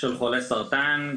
חולי סרטן.